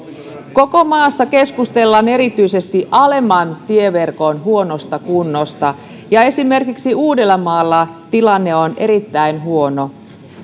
koko maassa keskustellaan erityisesti alemman tieverkon huonosta kunnosta ja esimerkiksi uudellamaalla tilanne on erittäin huono